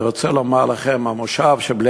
אני רוצה לומר לכם, המושב,